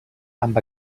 amb